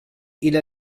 إلى